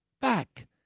back